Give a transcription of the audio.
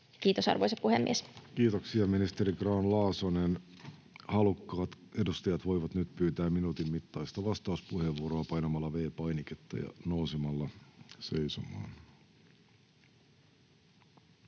Time: 17:16 Content: Kiitoksia, ministeri Grahn-Laasonen. Halukkaat edustajat voivat nyt pyytää minuutin mittaista vastauspuheenvuoroa painamalla V-painiketta ja nousemalla seisomaan.